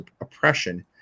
oppression